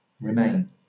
remain